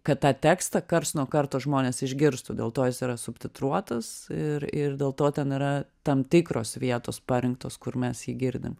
kad tą tekstą karts nuo karto žmonės išgirstų dėlto jis yra subtitruotas ir ir dėl to ten yra tam tikros vietos parinktos kur mes jį girdim